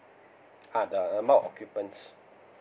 ah the amount of occupants